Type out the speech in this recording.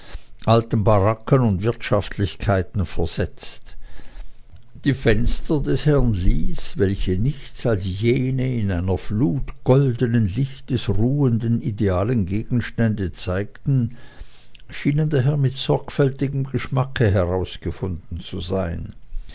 alten baracken und wirtschaftlichkeiten versetzt die fenster des herrn lys welche nichts als jene in einer flut goldenen lichtes ruhenden idealen gegenstände zeigten schienen daher mit sorgfältigem geschmacke herausgefunden zu sein